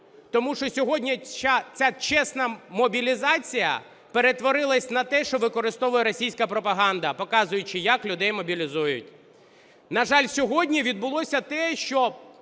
тому що сьогодні ця чесна мобілізація перетворилась на те, що використовує російська пропаганда, показуючи, як людей мобілізують. На жаль, сьогодні відбулося те, що